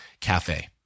Cafe